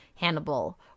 Hannibal